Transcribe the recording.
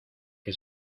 que